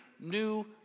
new